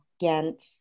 ghent